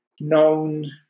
known